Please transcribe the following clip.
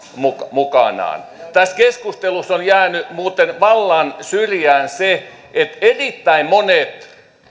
mukanaan tässä keskustelussa on jäänyt muuten vallan syrjään se että erittäin monet